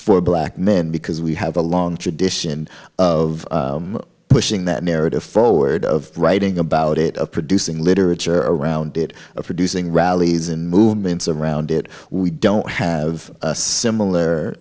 for black men because we have a long tradition of pushing that narrative forward of writing about it of producing literature around it of producing rallies and movements around it we don't have similar